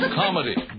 comedy